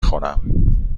خورم